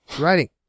writing